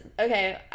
Okay